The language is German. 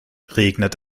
regnet